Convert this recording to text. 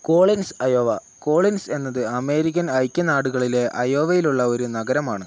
Collins Iowa Collins എന്നത് American ഐക്യനാടുകളിലെ അയോവയിലുള്ള ഒരു നഗരമാണ്